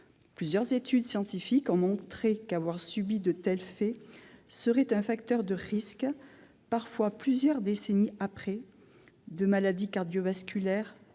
Plusieurs études scientifiques ont montré qu'avoir subi de tels faits serait un facteur de risque, parfois plusieurs décennies après, de développer des maladies cardiovasculaires,